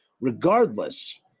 regardless